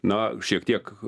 na šiek tiek